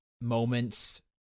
moments